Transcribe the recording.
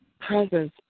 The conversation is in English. presence